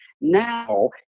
now